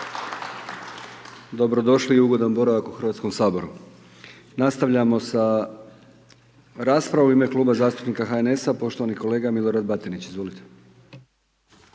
Dobrodošli i ugodan boravak u Hrvatskom saboru. Nastavljamo sa raspravom, u ime Kluba zastupnika HNS-a poštovani kolega Milorad Batinić, izvolite.